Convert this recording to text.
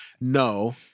no